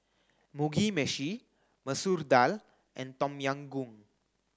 Mugi Meshi Masoor Dal and Tom Yam Goong